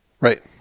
Right